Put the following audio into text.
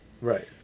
Right